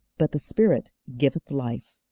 but the spirit giveth life.